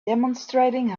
demonstrating